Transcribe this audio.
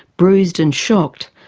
bruised and shocked.